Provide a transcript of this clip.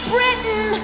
Britain